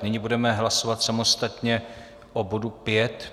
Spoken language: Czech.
Nyní budeme hlasovat samostatně o bodu 5.